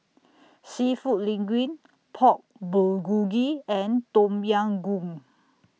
Seafood Linguine Pork Bulgogi and Tom Yam Goong